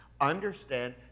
understand